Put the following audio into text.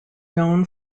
known